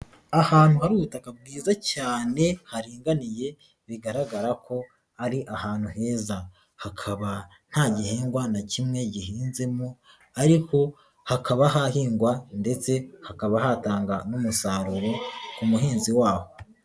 Ahantu hari ubutaka bwiza cyane, haringaniye bigaragara ko ari ahantu heza, hakaba nta gihingwa na kimwe gihinzemo ariko hakaba hahingwa ndetse hakaba hatanga n'umusaruro ku muhinzi waho.